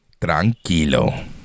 tranquilo